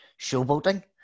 showboating